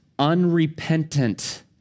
unrepentant